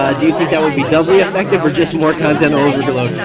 ah do you think that would be doubly effective or just more content overload?